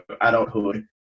adulthood